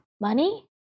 Money